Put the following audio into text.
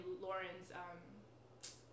Lauren's